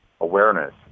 awareness